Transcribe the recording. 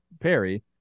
Perry